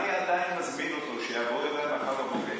אני עדיין מזמין אותו שיבוא אליי מחר בבוקר,